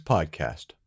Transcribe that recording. Podcast